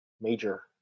major